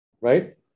right